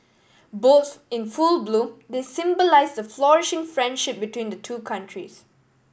both in full bloom they symbolise the flourishing friendship between the two countries